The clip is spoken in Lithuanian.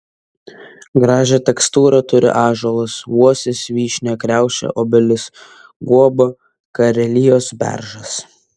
gražią tekstūrą turi ąžuolas uosis vyšnia kriaušė obelis guoba karelijos beržas